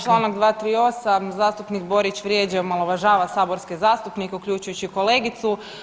Čl. 238., zastupnik Borić vrijeđa i omalovažava saborske zastupnike uključujući i kolegicu.